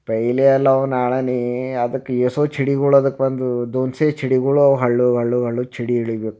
ಪೆಹೆಲೆ ಅಲ್ಲವ ನಾಳೆಯೇ ಅದಕ್ಕೆ ಎಷ್ಟೋ ಸಿಡಿಗಳು ಅದಕ್ಕೆ ಬಂದು ದೊನ್ಸೆ ಸಿಡಿಗಳಿವೆ ಹಳುಗು ಹಳುಗು ಹಳುಗು ಸಿಡಿ ಇಳಿಬೇಕು